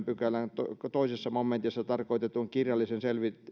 pykälän toisessa momentissa tarkoitetun kirjallisen